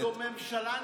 זו ממשלה נבחרת.